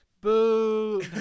Boo